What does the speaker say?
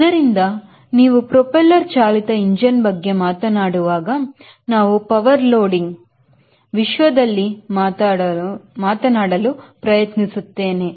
ಆದರಿಂದ ನೀವು ಪ್ರಫೈಲರ್ ಚಾಲಿತ ಇಂಜಿನ್ ಬಗ್ಗೆ ಮಾತನಾಡುವಾಗ ನಾವು ಪವರ್ ಲೋಡಿಂಗ್ ವಿಶ್ವದಲ್ಲಿ ಮಾತನಾಡಲು ಪ್ರಯತ್ನಿಸುತ್ತೇನೆ